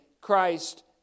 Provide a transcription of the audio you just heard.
Christ